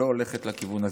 היא לא הולכת לכיוון הזה.